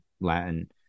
Latin